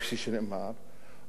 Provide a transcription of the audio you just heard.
כפי שנאמר.